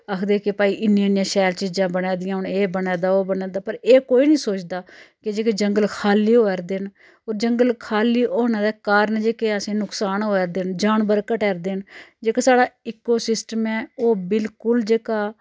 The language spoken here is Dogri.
आखदे कि भाई इन्ने इन्ने शैल चीज़ां बनै दियां हून एह् बना दा ओह् बना दा पर एह् कोई नी सोचदा कि जेह्के जंगल खाल्ली होऐ'रदे न होर जंगल खाल्ली होने दे कारण जेह्के असेंही नकसान होऐ दे न जानवर घटै'रदे न जेह्के साढ़ा इको सिस्टम ऐ ओह् बिलकुल जेह्का